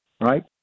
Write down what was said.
right